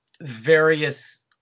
various